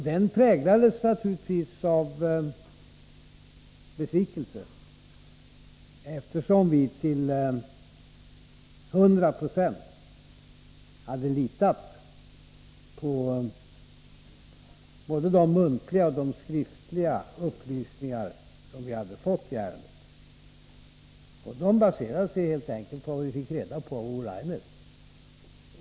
Den präglades naturligtvis av besvikelse, eftersom vi till 100 26 hade litat på både de muntliga och de skriftliga upplysningar som vi hade fått i ärendet. De baserade sig helt enkelt på vad vi fick reda på av Ove Rainer.